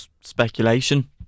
speculation